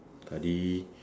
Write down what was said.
study